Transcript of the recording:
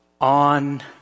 on